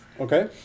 Okay